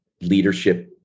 leadership